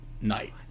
night